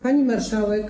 Pani Marszałek!